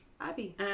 Abby